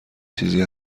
چیزی